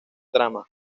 drama